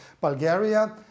Bulgaria